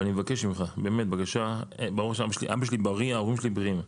ברוך ה' אבא שלי בריא, ההורים שלי בריאים,